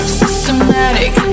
systematic